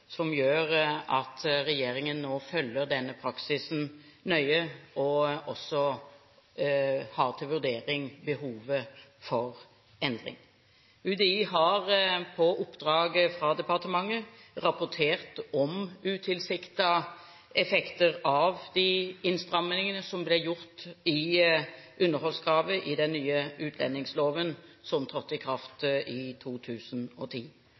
som gjør at regjeringen nå følger denne praksisen nøye og også har til vurdering behovet for endring. UDI har, på oppdrag fra departementet, rapportert om utilsiktede effekter av de innstramningene som ble gjort i underholdskravet i den nye utlendingsloven, som trådte i kraft i 2010.